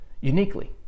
uniquely